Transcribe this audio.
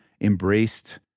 embraced